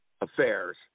affairs